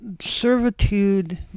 servitude